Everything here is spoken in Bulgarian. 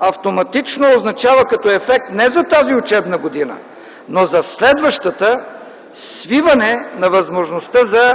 автоматично означава като ефект не за тази учебна година, но за следващата свиване на възможността за